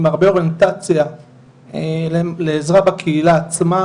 עם הרבה אוריינטציה לעזרה בקהילה עצמה,